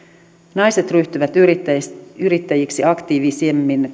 naiset ryhtyvät yrittäjiksi yrittäjiksi aktiivisimmin